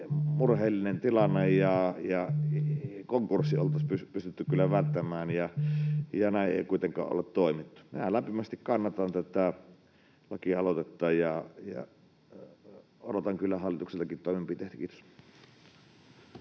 murheellinen tilanne ja konkurssi oltaisiin pystytty kyllä välttämään, ja näin ei kuitenkaan olla toimittu. Minä lämpimästi kannatan tätä lakialoitetta ja odotan kyllä hallitukseltakin toimenpiteitä. — Kiitos.